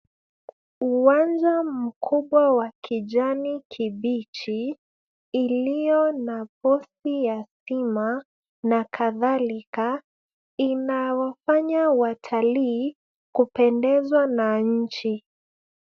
Uwanja mkubwa wa kijani kibichi iliyo na post ya stima na kadhalika inayowafanya watalii kupendezwa na nchi.